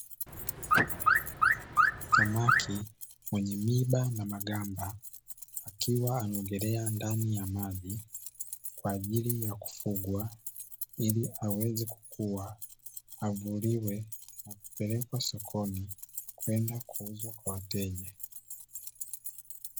Samaki mwenye miiba na magamba, akiwa anaogelea ndani ya maji kwa ajili ya kufugwa, ili aweze kukua, avuliwe na apelekwe sokoni kwenda kuuzwa kwa wateja.